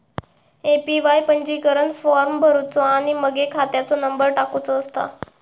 APY पंजीकरण form भरुचो आणि मगे खात्याचो नंबर टाकुचो असता